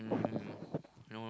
um you know